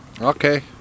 Okay